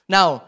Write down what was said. Now